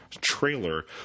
trailer